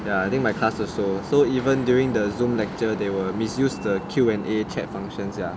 ya I think my class also so even during the zoom lecture they were misused the Q&A chat functions ah